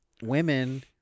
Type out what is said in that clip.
women